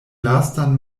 lastan